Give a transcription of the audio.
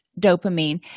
dopamine